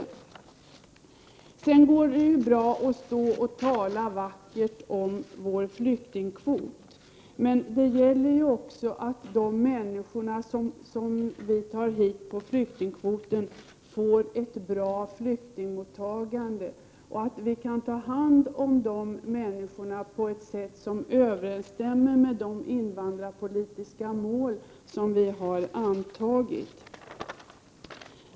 Det går ju bra att stå och tala vackert om vår flyktingkvot, men det gäller också att de människor som vi tar emot på flyktingkvoten får ett bra flyktingmottagande och att vi kan ta hand om de människorna på ett sätt som 25 Prot. 1988/89:107 överensstämmer med de invandrarpolitiska mål som vi har antagit.